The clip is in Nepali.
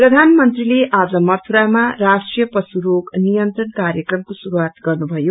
प्रधानमंत्रीले आज मथुरामा राष्ट्रिय प्शु रोग नियन्त्रण कार्यक्रमको शुरूआत गन्नुभयो